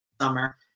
summer